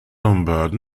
lombard